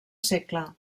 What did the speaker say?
segle